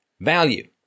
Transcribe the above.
value